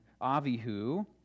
Avihu